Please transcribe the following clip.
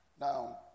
Now